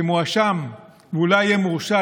שמואשם ואולי יהיה מורשע,